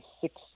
six